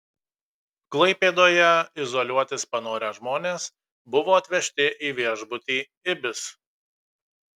klaipėdoje izoliuotis panorę žmonės buvo atvežti į viešbutį ibis